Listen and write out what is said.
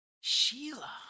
Sheila